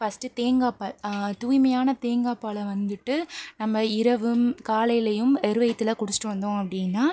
first தேங்காப்பால் தூய்மையான தேங்காப்பாலை வந்துட்டு நம்ம இரவும் காலையிலேயும் வெறும் வயிற்றுல குடிச்சுட்டு வந்தோம் அப்படின்னா